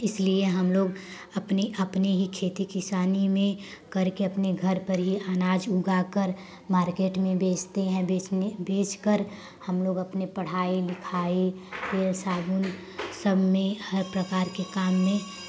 इसलिए हम लोग अपनी अपनी ही खेती किसानी में करके अपने घर पर ही अनाज उगाकर मार्केट में बेचते हैं बेचने बेचकर हम लोग अपने पढ़ाई लिखाई के सगुण सब में हर प्रकार के काम में